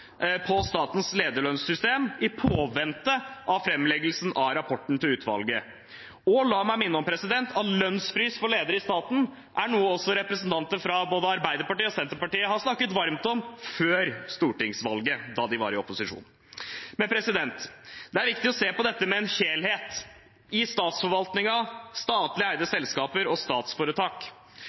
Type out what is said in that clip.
på Statens lederlønnssystem i påvente av fremleggelse av rapporten til utvalget som gjennomgår lederlønn i staten.» Og la meg minne om at lønnsfrys for ledere i staten er noe også representanter fra både Arbeiderpartiet og Senterpartiet har snakket varmt om før stortingsvalget, da de var i opposisjon. Det er viktig å se på dette med en helhet i statsforvaltningen, statlige eide selskaper og statsforetak,